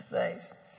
Thanks